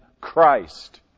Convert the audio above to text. Christ